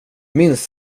minns